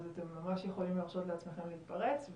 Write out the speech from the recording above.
אז אתם ממש יכולים להרשות לעצמכם להתפרץ,